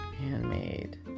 handmade